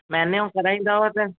महीने जो कराईंदव त